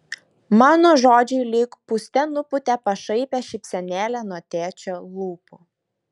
mano žodžiai lyg pūste nupūtė pašaipią šypsenėlę nuo tėčio lūpų